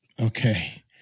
Okay